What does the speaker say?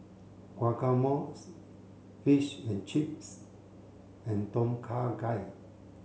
Guacamole's Fish and Chips and Tom Kha Gai